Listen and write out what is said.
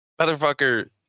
motherfucker